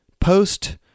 post